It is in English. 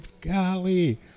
golly